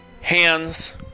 hands